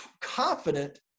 confident